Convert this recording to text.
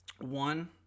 one